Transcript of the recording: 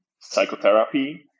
psychotherapy